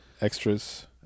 Extras